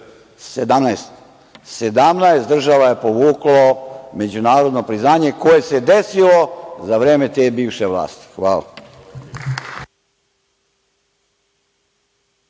17 država je povuklo međunarodno priznanje, koje se desilo za vreme te bivše vlasti. Hvala.